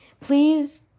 Please